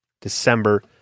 December